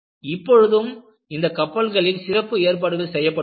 இப்பொழுதும் இந்தக் கப்பல்களில் சிறப்பு ஏற்பாடு செய்யப்பட்டுள்ளது